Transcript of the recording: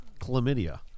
Chlamydia